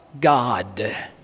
God